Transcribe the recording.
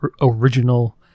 original